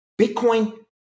Bitcoin